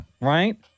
Right